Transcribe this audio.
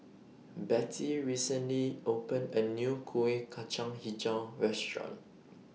Bettie recently opened A New Kuih Kacang Hijau Restaurant